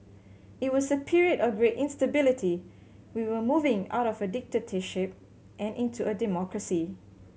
it was a period of great instability we were moving out of a dictatorship and into a democracy